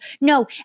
No